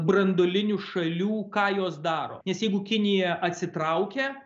branduolinių šalių ką jos daro nes jeigu kinija atsitraukia